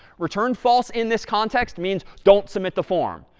return false in this context means don't submit the form.